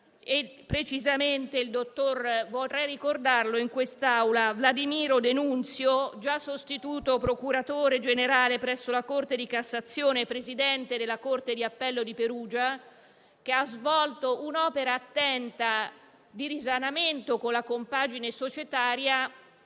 precisamente - vorrei ricordarlo in quest'Aula - del dottor Wladimiro De Nunzio, già sostituto procuratore generale presso la Corte di cassazione e presidente della corte d'appello di Perugia, che ha svolto un'opera attenta di risanamento della compagine societaria,